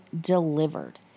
delivered